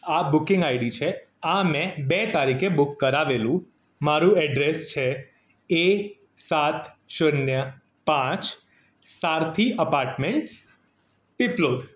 આ booking ID છે આ મેં બે તારીખે બુક કરાવેલું મારું એડ્રેસ છે એ સાત શૂન્ય પાંચ સારથિ અપાર્ટમેંટ્સ ટીપલોથ